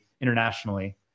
internationally